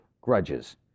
grudges